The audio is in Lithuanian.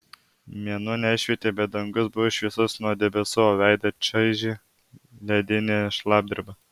mėnuo nešvietė bet dangus buvo šviesus nuo debesų o veidą čaižė ledinė šlapdriba